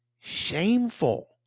shameful